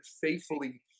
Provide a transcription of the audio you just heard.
faithfully